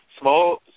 small